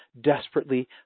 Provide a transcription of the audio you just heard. desperately